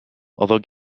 although